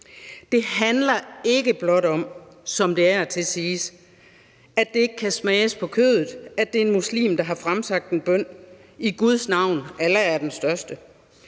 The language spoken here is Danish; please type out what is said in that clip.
Det handler ikke blot om, som det af og til siges, at det ikke kan smages på kødet, at det er en muslim, der har fremsagt en bøn i Guds navn: »Allah er den største«.